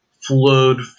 flowed